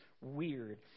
weird